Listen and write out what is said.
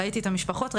אני